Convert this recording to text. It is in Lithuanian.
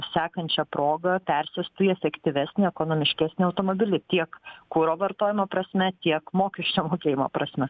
sekančia proga persėstų į efektyvesnį ekonomiškesnį automobilį tiek kuro vartojimo prasme tiek mokesčio mokėjimo prasme